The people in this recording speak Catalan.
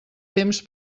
temps